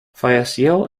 falleció